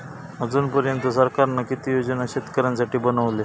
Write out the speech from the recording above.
अजून पर्यंत सरकारान किती योजना शेतकऱ्यांसाठी बनवले?